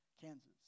Kansas